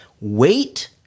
wait